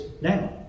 now